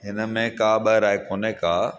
हिनमें का बि राय कोन्हे का